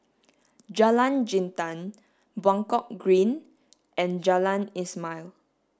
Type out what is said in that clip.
Jalan Jintan Buangkok Green and Jalan Ismail